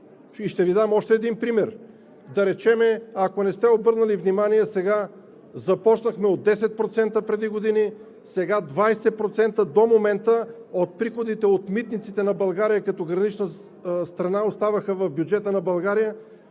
Ще Ви дам още един пример. Да речем, ако не сте обърнали внимание, започнахме от 10% преди години, сега 20%, до момента приходите от митниците на България като гранична страна оставаха в бюджета на България,